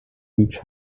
each